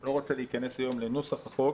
לא רוצה להיכנס היום לנוסח החוק